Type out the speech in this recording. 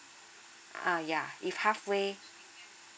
ah yeah if halfway